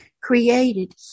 Created